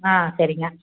ஆ சரிங்க